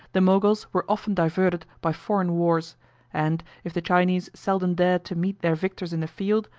the moguls were often diverted by foreign wars and, if the chinese seldom dared to meet their victors in the field,